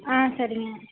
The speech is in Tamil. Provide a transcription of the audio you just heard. ஆ சரிங்க